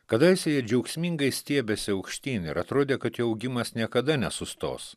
kadaise jie džiaugsmingai stiebėsi aukštyn ir atrodė kad jo augimas niekada nesustos